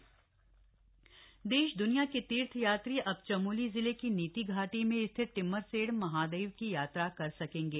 टिम्मरसैंण यात्रा देश दुनिया के तीर्थ यात्री अब चमोली जिले की नीती घाटी में स्थित टिम्मरसैंण महादेव की यात्रा कर सकेंगे